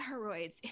steroids